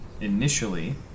initially